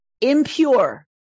impure